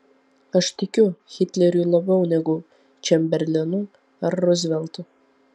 aš tikiu hitleriu labiau negu čemberlenu ar ruzveltu